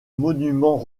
monuments